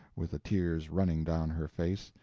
with the tears running down her face.